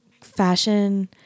fashion